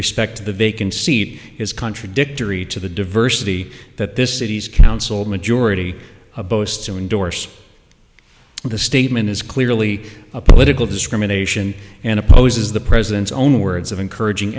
respect to the vacant seat is contradictory to the diversity that this city's council majority of posts to endorse the statement is clearly a political discrimination and opposes the president's own words of encouraging